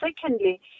Secondly